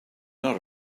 not